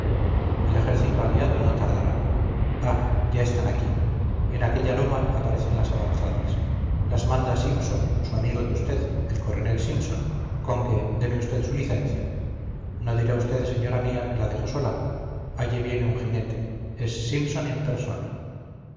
el ejército aliado no tardará ah ya están aquí en aquella loma aparecen las avanzadas las manda simpson su amigo de usted el coronel simpson conque deme usted su licencia no dirá usted señora mía que la dejo sola allí viene un jinete es simpson en persona